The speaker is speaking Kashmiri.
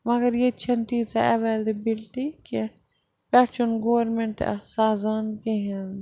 مگر ییٚتہِ چھَنہٕ تیٖژاہ اٮ۪وٮ۪لبلٹی کیٚنٛہہ پٮ۪ٹھٕ چھُنہٕ گورمٮ۪نٛٹ تہِ اَتھ سازان کِہیٖنۍ